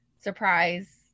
surprise